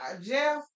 Jeff